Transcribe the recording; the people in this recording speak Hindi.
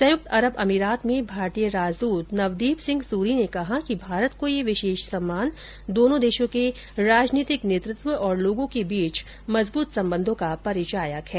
संयुक्त अरब अमीरात में भारतीय राजदूत नवदीप सिंह सूरी ने कहा कि भारत को यह विशेष सम्मान दोनों देशों के राजनीतिक नेतृत्व और लोगों के बीच मजबूत सम्बन्धों का परिचायक है